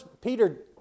Peter